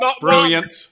Brilliant